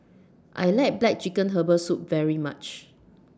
I like Black Chicken Herbal Soup very much